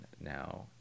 now